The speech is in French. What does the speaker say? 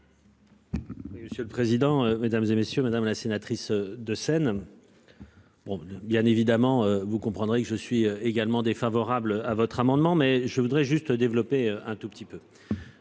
Monsieur le président, Mesdames, et messieurs, madame la sénatrice de Seine. Bon, bien évidemment, vous comprendrez que je suis également défavorable à votre amendement mais je voudrais juste développer un tout petit peu.